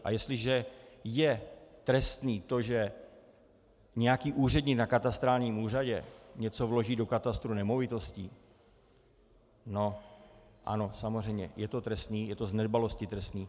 A jestliže je trestné to, že nějaký úředník na katastrálním úřadě něco vloží do katastru nemovitostí, no ano, samozřejmě, je to z nedbalosti trestné.